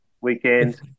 weekend